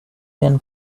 can